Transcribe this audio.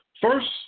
First